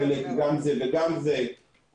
חלק גם זה וגם זה.